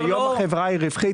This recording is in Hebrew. היום החברה היא רווחית.